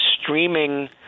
streaming